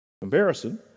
Comparison